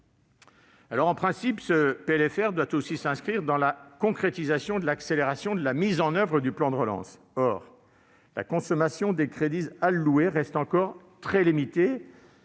En principe, ce PLFR doit aussi s'inscrire dans la concrétisation de l'accélération de la mise en oeuvre du plan de relance. Or la consommation des crédits alloués reste encore très limitée